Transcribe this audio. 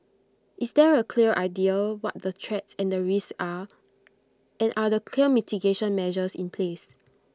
is there A clear idea what the threats and the risks are and are the clear mitigation measures in place